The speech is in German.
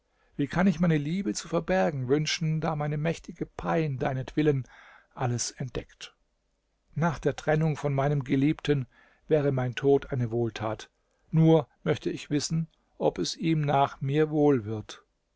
wie kann ich meine liebe zu verbergen wünschen da meine mächtige pein deinetwillen alles entdeckt nach der trennung von meinem geliebten wäre mein tod eine wohltat nur möchte ich wissen ob es ihm nach mir wohl wird